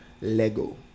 Lego